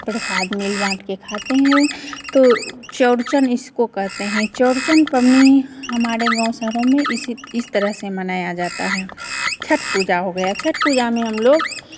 प्रसाद मिल बांट के खाते हैं चौरचन इसको कहते हैं चौरचन पवनी हमारे गांव शहरों में इसी इस तरह से मनाया जाता है छठ पूजा हो गया छठ पूजा में हमलोग